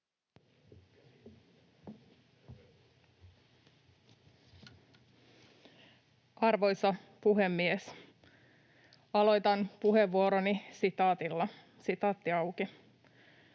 Arvoisa puhemies! Aloitan puheenvuoroni sitaatilla: ”Lupaan